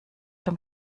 dem